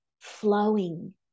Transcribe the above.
flowing